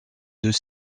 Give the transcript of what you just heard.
deux